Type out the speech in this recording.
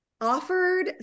offered